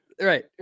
Right